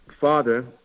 father